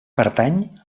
pertany